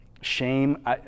Shame